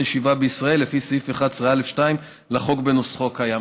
ישיבה בישראל לפי סעיף 11(א)(2) לחוק בנוסחו הקיים.